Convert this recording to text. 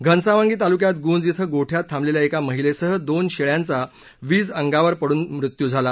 घनसावंगी तालुक्यात गुंज इथं गोठ्यात थांबलेल्या एका महिलेसह दोन शेळ्यांचा वीज अंगावर पडून त्यांचा मृत्यू झाला